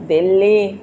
Delhi